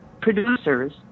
producers